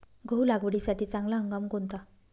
गहू लागवडीसाठी चांगला हंगाम कोणता?